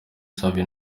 savio